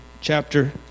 chapter